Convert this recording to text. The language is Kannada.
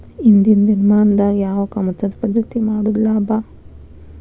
ಇಂದಿನ ದಿನಮಾನದಾಗ ಯಾವ ಕಮತದ ಪದ್ಧತಿ ಮಾಡುದ ಲಾಭ?